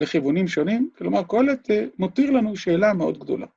לכיוונים שונים, כלומר, קהלת מותיר לנו שאלה מאוד גדולה.